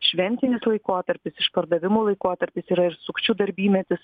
šventinis laikotarpis išpardavimų laikotarpis yra ir sukčių darbymetis